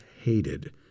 hated